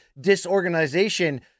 disorganization